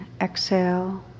exhale